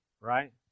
right